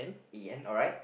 Ian alright